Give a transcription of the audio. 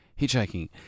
hitchhiking